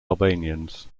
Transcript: albanians